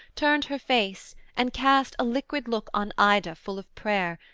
turned her face, and cast a liquid look on ida, full of prayer,